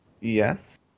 Yes